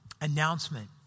announcement